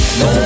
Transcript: no